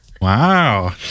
Wow